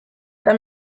eta